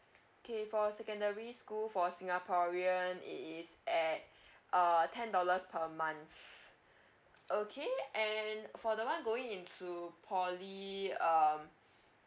okay for secondary school for singaporean it is at uh ten dollars per month okay and then for the one going into poly um